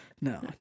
no